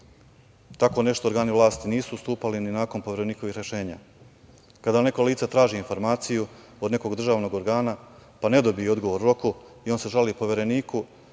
Tako nešto organi vlasti nisu ustupali ni nakon Poverenikovih rešenja. Kada vam neko lice traži informaciju od nekog državnog organa, pa ne dobije odgovor u roku, on se žali Povereniku,